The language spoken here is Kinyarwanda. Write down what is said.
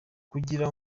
kugira